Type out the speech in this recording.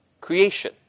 creation